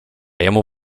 jemu